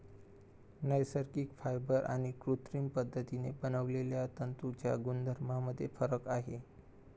नैसर्गिक फायबर आणि कृत्रिम पद्धतीने बनवलेल्या तंतूंच्या गुणधर्मांमध्ये फरक आहे